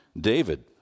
David